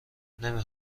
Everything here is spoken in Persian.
نمی